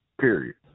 period